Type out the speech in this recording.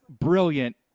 brilliant